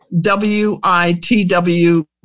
w-i-t-w